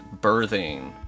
birthing